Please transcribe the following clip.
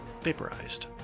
vaporized